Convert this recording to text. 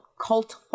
cult